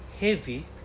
heavy